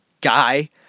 guy